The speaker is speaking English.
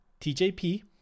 TJP